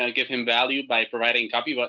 ah give him value by providing copy, but